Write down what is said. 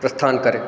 प्रस्थान करें